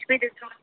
कुझु बि ॾिसो